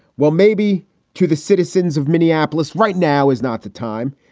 well, maybe to the citizens of minneapolis right now is not the time.